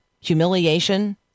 humiliation